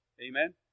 Amen